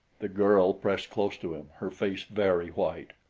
the girl pressed close to him, her face very white.